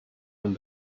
and